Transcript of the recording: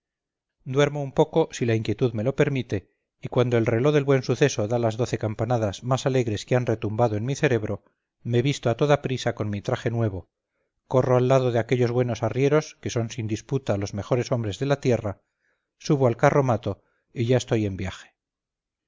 duermo un poco si la inquietud me lo permite y cuando el reló del buen suceso da las doce campanadas más alegres que han retumbado en mi cerebro me visto a toda prisa con mi traje nuevo corro al lado de aquellos buenos arrieros que son sin disputa los mejores hombres de la tierra subo al carromato y ya estoy en viaje